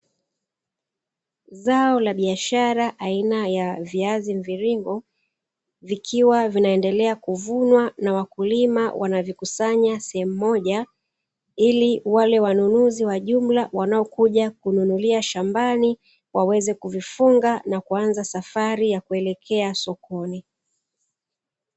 Zao la biashara aina ya viazi mviringo vikiwa vinaendelea kuvunwa na wakulima kujikusanyia sehemu moja ili wale wanunuzi wa jumla wanaokuja kununulia shambani waweze kufunga na kuanza safari ya kuelekea sokoni